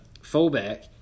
fullback